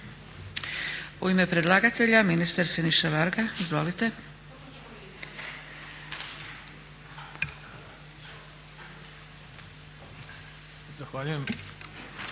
U ime predlagatelja ministar Siniša Varga. Izvolite. **Varga,